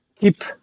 keep